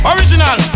Original